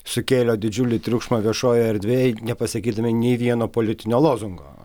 sukėlė didžiulį triukšmą viešojoje erdvėje nepasakydami nei vieno politinio lozungo